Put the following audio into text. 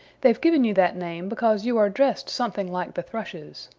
they've given you that name because you are dressed something like the thrushes.